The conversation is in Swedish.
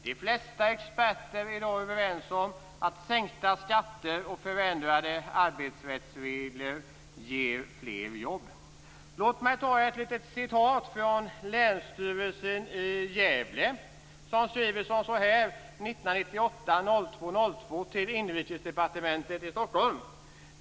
De flesta experter är i dag överens om att sänkta skatter och förändrade arbetsrättsregler ger fler jobb. Låt mig läsa upp vad länsstyrelsen i Gävle skriver till Inrikesdepartementet den 2 februari i år.